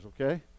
okay